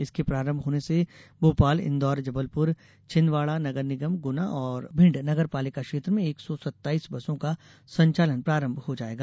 इसके प्रारंभ होने से भोपाल इन्दौर जबलपुर छिन्दवाड़ा नगरनिगम गुना और भिंड नगरपालिका क्षेत्र में एक सौ सत्ताईस बसों का संचालन प्रारंभ हो जायेगा